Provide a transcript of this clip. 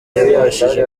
yabashije